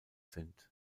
sind